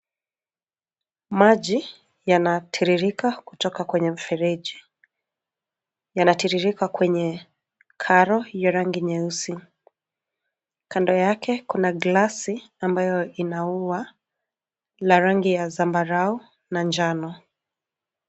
Maji yanatiririka kutoka kwenye mfereji. Yanatiririka kwenye karo ya rangi nyeusi. Kando yake kuna glasi ambayo ina ua ya rangi ya zambarau na njano.